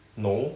no